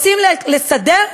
רוצים לסדר?